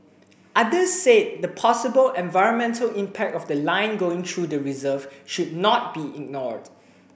others said the possible environmental impact of the line going through the reserve should not be ignored